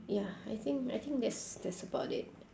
ya I think I think that's that's about it